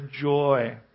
joy